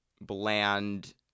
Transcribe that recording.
bland